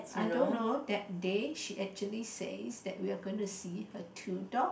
I don't know that day she actually says that we are going to see her two dog